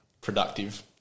Productive